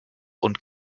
und